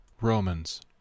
Romans